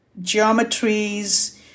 geometries